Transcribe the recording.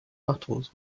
battles